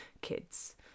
kids